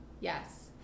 yes